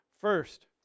First